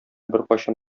беркайчан